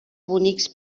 bonics